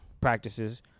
practices